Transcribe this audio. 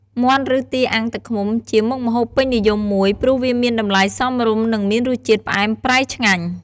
មាន់ឬទាអាំងទឹកឃ្មុំ ជាមុខម្ហូបពេញនិយមមួយ ព្រោះវាមានតម្លៃសមរម្យនិងមានរសជាតិផ្អែមប្រៃឆ្ងាញ់។